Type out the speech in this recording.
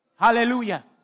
Hallelujah